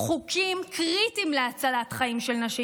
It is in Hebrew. חוקים קריטיים להצלת חיים של נשים,